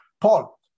Paul